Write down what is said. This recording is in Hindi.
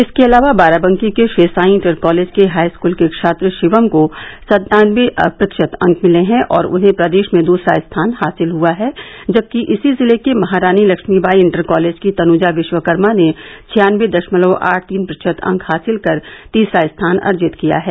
इसके अलावा बाराबंकी के श्रीसाई इंटर कॉलेज के हाईस्कूल के छात्र शिवम को सत्तानवे प्रतिशत अंक मिले हैं और उन्हे प्रदेश में दूसरा स्थान हासिल हुआ है जबकि इसी जिले के महारानी लक्ष्मीबाई इंटर कॉलेज की तनुजा विश्वकर्मा ने छियानवे दशमलव आठ तीन प्रतिशत अंक हासिल कर तीसरा स्थान अर्जित किया है